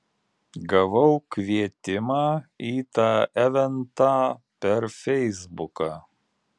gavau kvietimą į tą eventą per feisbuką